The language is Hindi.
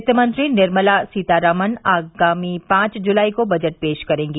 वित्तमंत्री निर्मला सीतारमण आगामी पांच जुलाई को बजट पेश करेंगी